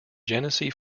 genesee